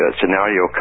scenario